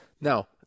Now